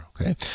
Okay